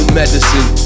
medicine